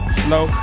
slow